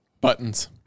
Buttons